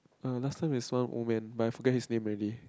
er last time is one old man but I forget his name already